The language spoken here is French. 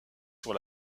sur